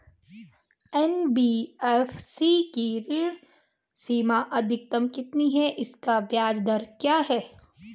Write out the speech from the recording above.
NBFC की ऋण सीमा अधिकतम कितनी है इसकी ब्याज दर क्या है?